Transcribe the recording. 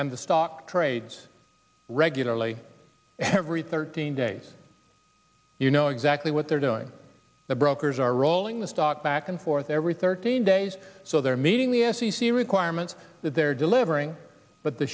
and the stock trades regularly every thirteen days you know exactly what they're doing the brokers are rolling the stock back and forth every thirteen days so they're meeting the f c c requirements that they're delivering but the